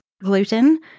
gluten